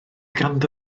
ganddo